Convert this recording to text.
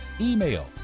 email